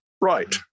right